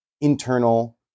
internal